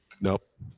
nope